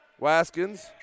Waskins